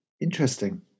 Interesting